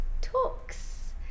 Talks